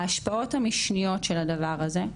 ההשפעות המשניות של הדבר הזה,